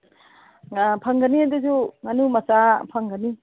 ꯑꯥ ꯐꯪꯒꯅꯤ ꯑꯗꯨꯁꯨ ꯉꯥꯅꯨ ꯃꯆꯥ ꯐꯪꯒꯅꯤ